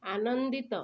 ଆନନ୍ଦିତ